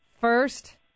first